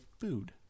food